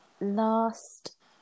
last